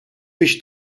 biex